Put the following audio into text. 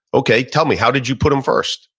okay. tell me, how did you put them first?